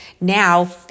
Now